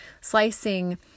slicing